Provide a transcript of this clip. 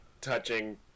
touching